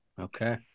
Okay